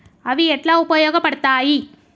అవి ఎట్లా ఉపయోగ పడతాయి?